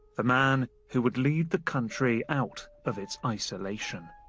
the man who would lead the country out of its isolation.